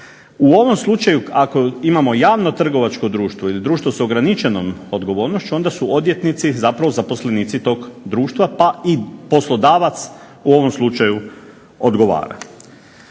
U ovom slučaju, ako imamo javno trgovačko društvo ili društvo s ograničenom odgovornošću, onda su odvjetnici zapravo zaposlenici tog društva, pa i poslodavac u ovom slučaju odgovara.